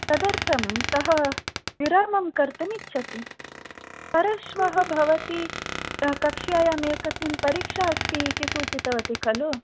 तदर्थं सः विरामं कर्तुम् इच्छति परश्वः भवती कक्ष्यायाम् एतस्मिन् परीक्षा अस्ति इति सूचितवती खलु